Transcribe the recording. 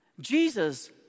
Jesus